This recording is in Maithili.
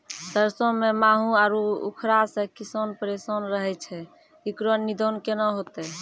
सरसों मे माहू आरु उखरा से किसान परेशान रहैय छैय, इकरो निदान केना होते?